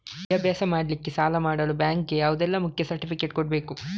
ವಿದ್ಯಾಭ್ಯಾಸ ಮಾಡ್ಲಿಕ್ಕೆ ಸಾಲ ಮಾಡಲು ಬ್ಯಾಂಕ್ ಗೆ ಯಾವುದೆಲ್ಲ ಮುಖ್ಯ ಸರ್ಟಿಫಿಕೇಟ್ ಕೊಡ್ಬೇಕು?